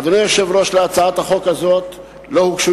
אדוני היושב-ראש, להצעת החוק הזאת לא הוגשו